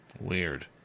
Weird